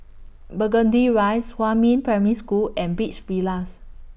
Burgundy Rise Huamin Primary School and Beach Villas